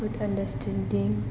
good understanding